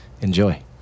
Enjoy